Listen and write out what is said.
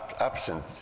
absent